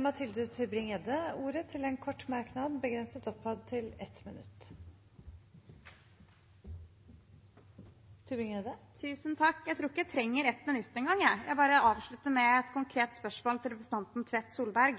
Mathilde Tybring-Gjedde har hatt ordet to ganger tidligere og får ordet til en kort merknad, begrenset til 1 minutt. Jeg tror ikke jeg trenger 1 minutt engang, jeg. Jeg bare avslutter med et konkret spørsmål til representanten Tvedt Solberg.